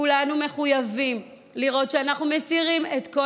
כולנו מחויבים לראות שאנחנו מסירים את כל